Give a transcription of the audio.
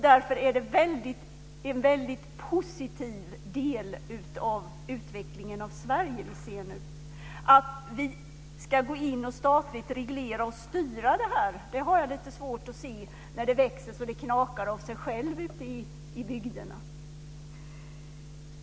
Därför är det en väldigt positiv del av utvecklingen av Sverige som vi ser nu. Att vi ska gå in och statligt reglera och styra det här har jag lite svårt att se när det växer så det knakar av sig självt ute i bygderna.